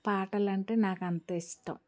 పాటలంటే నాకు అంత ఇష్టం